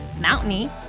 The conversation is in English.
mountainy